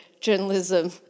journalism